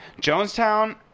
Jonestown